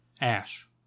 ash